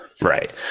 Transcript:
Right